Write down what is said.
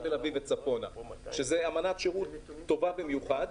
זו אמנת שירות טובה במיוחד.